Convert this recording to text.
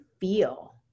feel